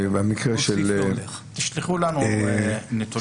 תשלחו לנו נתונים לוועדה.